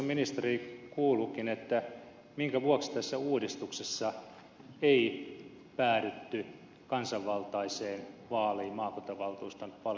minkä vuoksi tässä uudistuksessa ei päädytty kansanvaltaiseen vaaliin maakuntavaltuuston valinnan osalta